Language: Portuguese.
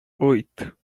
oito